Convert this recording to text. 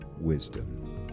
wisdom